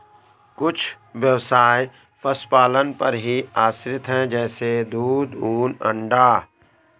कुछ ब्यवसाय पशुपालन पर ही आश्रित है जैसे दूध, ऊन, अंडा